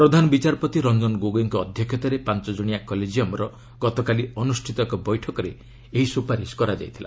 ପ୍ରଧାନ ବିଚାରପତି ରଞ୍ଜନ ଗୋଗୋଇଙ୍କ ଅଧ୍ୟକ୍ଷତାରେ ପାଞ୍ଚ ଜଣିଆ କଲେଜିୟମ୍ର ଗତକାଲି ଅନୁଷ୍ଠିତ ଏକ ବୈଠକରେ ଏହି ସ୍ୱପାରିଶ କରାଯାଇଛି